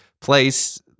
place